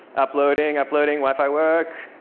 uploading, uploading. wi-fi work.